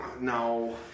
no